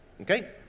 Okay